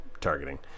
targeting